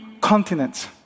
continents